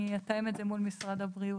אני אתאם את זה מול משרד הבריאות,